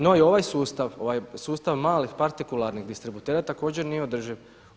No i ovaj sustav, ovaj sustav malih, partikularnih distributera također nije održiv.